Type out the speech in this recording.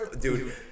dude